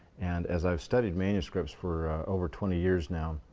and as i've studied manuscripts for over twenty years now,